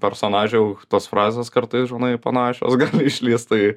personaže jau tos frazės kartais žinai panašios išlįst tai